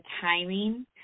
timing